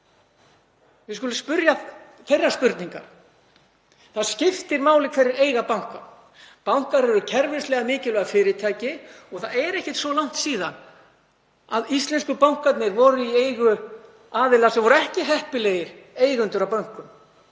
Við skulum spyrja þeirra spurninga. Það skiptir máli hverjir eiga banka. Bankar eru kerfislega mikilvæg fyrirtæki. Það er ekkert svo langt síðan að íslensku bankarnir voru í eigu aðila sem voru ekki heppilegir eigendur að bönkum.